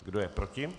Kdo je proti?